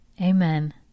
Amen